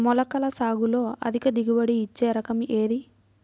మొలకల సాగులో అధిక దిగుబడి ఇచ్చే రకం ఏది?